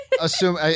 Assume